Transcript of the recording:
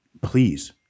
please